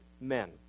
men